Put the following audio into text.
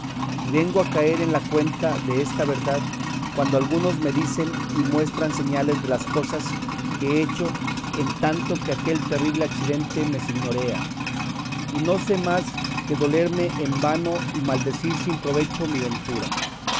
y vengo a caer en la cuenta desta verdad cuando algunos me dicen y muestran señales de las cosas que he hecho en tanto que aquel terrible accidente me señorea y no sé más que dolerme en vano y maldecir sin provecho mi ventura